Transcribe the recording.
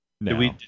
No